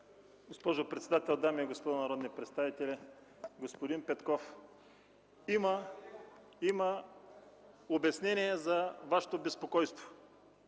Госпожо председател, дами и господа народни представители! Господин Петков, има обяснение за Вашето безпокойство.